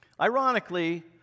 Ironically